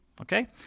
Okay